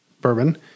bourbon